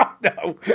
no